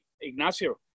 Ignacio